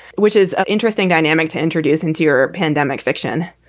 which is an interesting dynamic to introduce into your pandemic fiction,